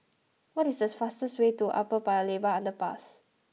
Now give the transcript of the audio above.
what is the fastest way to Upper Paya Lebar Underpass